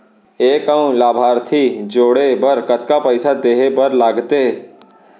एक अऊ लाभार्थी जोड़े बर कतका पइसा देहे बर लागथे?